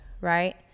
right